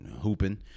hooping